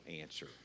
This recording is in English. answer